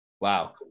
Wow